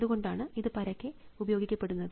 അതുകൊണ്ടാണ് ഇത് പരക്കെ ഉപയോഗിക്കപ്പെടുന്നത്